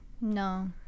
No